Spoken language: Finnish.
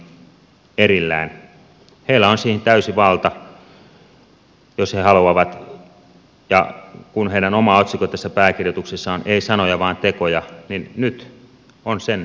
heillä on siihen täysi valta jos he haluavat ja kun heidän oma otsikkonsa tässä pääkirjoituksessa on ei sanoja vaan tekoja niin nyt on sen paikka